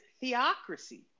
theocracy